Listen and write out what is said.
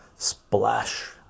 splash